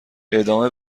ادامه